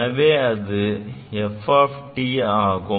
எனவே அது f ஆகும்